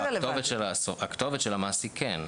הכתובת של המעסיק כן.